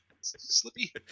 Slippy